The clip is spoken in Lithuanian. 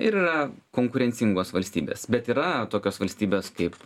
ir yra konkurencingos valstybės bet yra tokios valstybės kaip